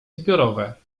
zbiorowe